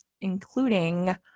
including